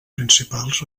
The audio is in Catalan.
principals